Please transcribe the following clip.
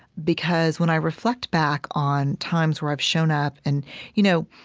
because, when i reflect back on times where i've shown up and you know,